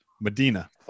Medina